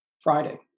Friday